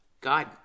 God